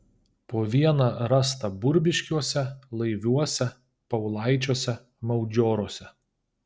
po vieną rasta burbiškiuose laiviuose paulaičiuose maudžioruose